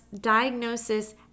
diagnosis